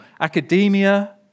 academia